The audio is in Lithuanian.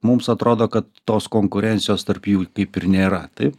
mums atrodo kad tos konkurencijos tarp jų kaip ir nėra taip